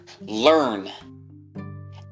learn